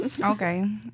Okay